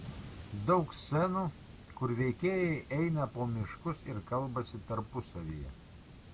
daug scenų kur veikėjai eina po miškus ir kalbasi tarpusavyje